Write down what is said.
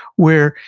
where,